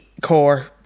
core